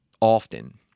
often